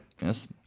Yes